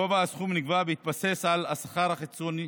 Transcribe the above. גובה הסכום נקבע בהתבסס על השכר החציוני